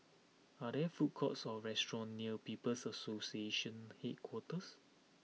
are there food courts or restaurants near People's Association Headquarters